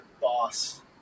boss